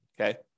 Okay